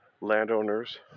landowners